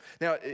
Now